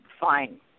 fine